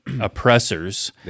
oppressors